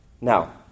Now